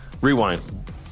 Rewind